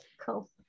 Cool